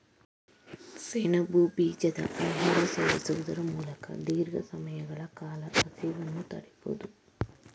ಸೆಣಬು ಬೀಜದ ಆಹಾರ ಸೇವಿಸುವುದರ ಮೂಲಕ ದೀರ್ಘ ಸಮಯಗಳ ಕಾಲ ಹಸಿವನ್ನು ತಡಿಬೋದು